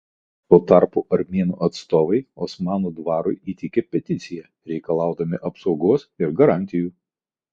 tuo tarpu armėnų atstovai osmanų dvarui įteikė peticiją reikalaudami apsaugos ir garantijų